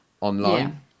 online